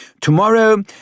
Tomorrow